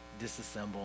disassemble